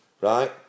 right